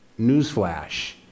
newsflash